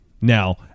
Now